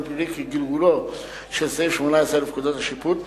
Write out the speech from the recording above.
הפלילי כגלגולו של סעיף 18 לפקודת השיפוט,